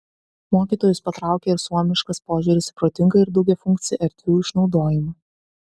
mokytojus patraukė ir suomiškas požiūris į protingą ir daugiafunkcį erdvių išnaudojimą